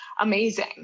amazing